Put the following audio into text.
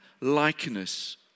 likeness